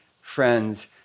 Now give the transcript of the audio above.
friends